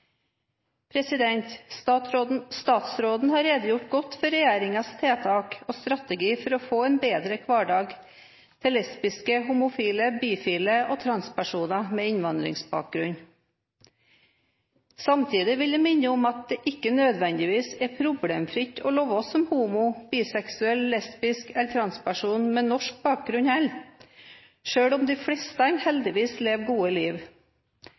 strategi for å bedre hverdagen for lesbiske, homofile, bifile og transpersoner med innvandrerbakgrunn. Samtidig vil jeg minne om at det ikke nødvendigvis er problemfritt å leve som homofil, bifil, lesbisk eller transperson med norsk bakgrunn heller, selv om de fleste heldigvis lever gode liv.